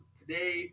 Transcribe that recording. today